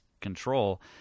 control